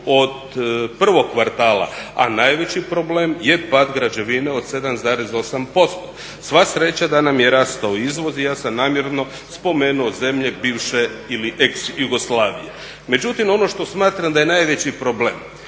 od prvog kvartala a najveći problem je pad građevine od 7,8%. Sva sreća da nam je rastao izvoz i ja sam namjerno spomenuo zemlje bivše ili EX Jugoslavije. Međutim, ono što smatram da je najveći problem,